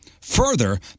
Further